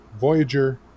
Voyager